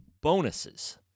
bonuses